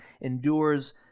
endures